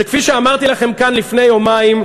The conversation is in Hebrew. שכפי שאמרתי לכם כאן לפני יומיים,